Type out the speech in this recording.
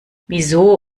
wieso